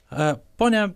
a pone